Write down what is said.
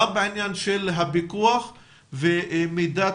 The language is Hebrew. גם לעניין הפיקוח ומידת